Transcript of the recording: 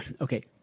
Okay